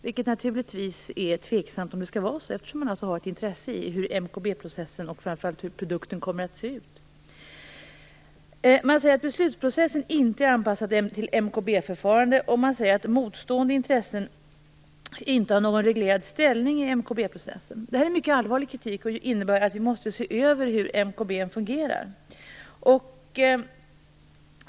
Det är naturligtvis tveksamt om det skall vara så, eftersom man har ett intresse i hur MKB-processen och framför allt produkten kommer att se ut. Man säger att beslutsprocessen inte är anpassad till MKB-förfarande, och man säger att motstående intressen inte har någon reglerad ställning i MKB Det här är mycket allvarlig kritik och innebär att vi måste se över hur MKB fungerar.